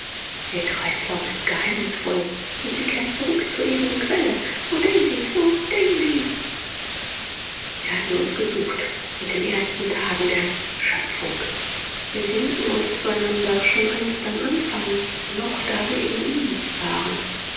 ihr kreislauf ist geheimnisvoll und sie kehrt zurück zur ewigen quelle o daisy o daisy wir hatten uns gesucht mit den ersten tagen der schöpfung wir sehnten uns zueinander schon einst am anfang noch da wir in ihm waren